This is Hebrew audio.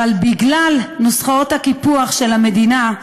אבל בגלל נוסחאות הקיפוח של המדינה,